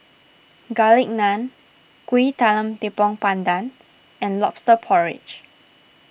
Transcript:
Garlic Naan Kuih Talam Tepong Pandan and Lobster Porridge